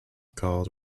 called